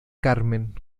carmen